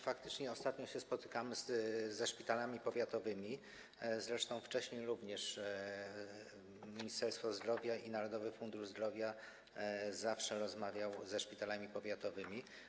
Faktycznie ostatnio spotykamy się ze szpitalami powiatowymi, zresztą wcześniej Ministerstwo Zdrowia i Narodowy Fundusz Zdrowia również zawsze rozmawiały ze szpitalami powiatowymi.